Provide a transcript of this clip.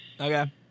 Okay